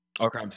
Okay